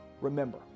Remember